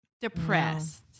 depressed